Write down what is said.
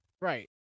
Right